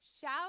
Shout